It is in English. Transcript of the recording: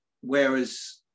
Whereas